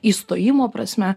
įstojimo prasme